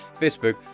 Facebook